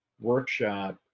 workshop